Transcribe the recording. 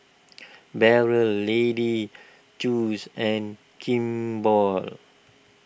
Barrel Lady's joice and Kimball